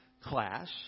class